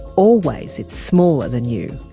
always it's smaller than you,